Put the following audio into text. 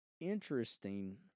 interesting